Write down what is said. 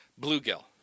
Bluegill